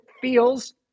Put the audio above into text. feels